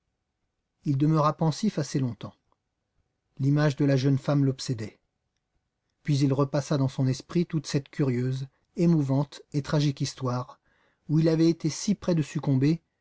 il demeura pensif assez longtemps l'image de la jeune femme l'obsédait puis il repassa dans son esprit toute cette curieuse émouvante et tragique histoire où il avait été si près de succomber